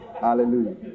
Hallelujah